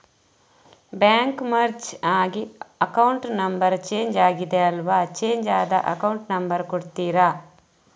Bank merge ಆಗಿ account number change ಆಗಿದೆ ಅಲ್ವಾ, ಚೇಂಜ್ ಆದ ಅಕೌಂಟ್ ನಂಬರ್ ಕೊಡ್ತೀರಾ?